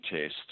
test